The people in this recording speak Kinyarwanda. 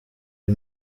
ari